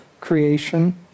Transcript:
creation